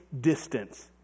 distance